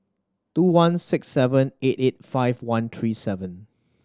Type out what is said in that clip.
two one six seven eight eight five one three seven